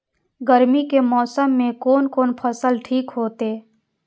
गर्मी के मौसम में कोन कोन फसल ठीक होते?